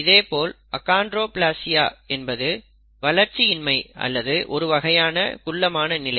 இதேபோல் அகான்டிரோப்லேசியா என்பது வளர்ச்சி இன்மை அல்லது ஒரு வகையான குள்ளமான நிலை